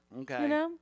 Okay